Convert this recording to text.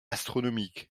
astronomique